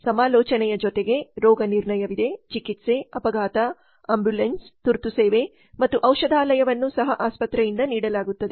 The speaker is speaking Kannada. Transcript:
ಸಮಾಲೋಚನೆಯ ಜೊತೆಗೆ ಈ ರೋಗನಿರ್ಣಯವಿದೆ ಚಿಕಿತ್ಸೆ ಅಪಘಾತ ಆಂಬ್ಯುಲೆನ್ಸ್ ತುರ್ತು ಸೇವೆ ಮತ್ತು ಔಷಧಾಲಯವನ್ನು ಸಹ ಆಸ್ಪತ್ರೆಯಿಂದ ನೀಡಲಾಗುತ್ತದೆ